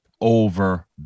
over